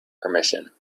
permission